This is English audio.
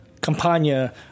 Campania